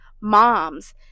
moms